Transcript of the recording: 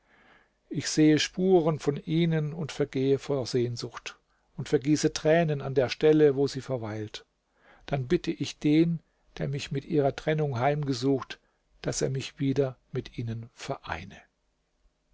ich sehe spuren von ihnen und vergehe vor sehnsucht und vergieße tränen an der stelle wo sie verweilt dann bitte ich den der mich mit ihrer trennung heimgesucht daß er mich wieder mit ihnen vereine